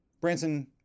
Branson